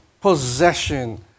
possession